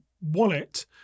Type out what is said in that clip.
wallet